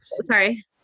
Sorry